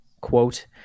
quote